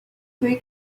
three